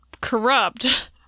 corrupt